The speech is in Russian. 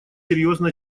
серьезно